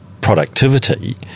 productivity